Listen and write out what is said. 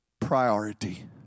priority